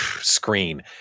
screen